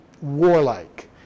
warlike